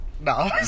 No